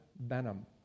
Benham